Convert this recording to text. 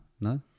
No